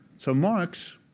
so marx,